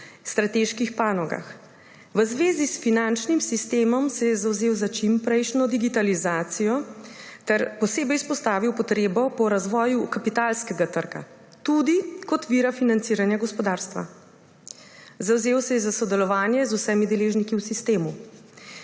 strateških panogah. V zvezi s finančnim sistemom se je zavzel za čimprejšnjo digitalizacijo ter posebej izpostavil potrebo po razvoju kapitalskega trga, tudi kot vira financiranja gospodarstva. Zavzel se je za sodelovanje z vsemi deležniki v sistemu.